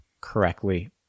correctly